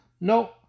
no